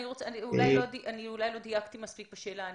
אולי לא דייקתי מספיק בשאלה שלי.